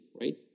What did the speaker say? right